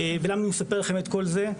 ולמה אני מספר לכם את כל זה?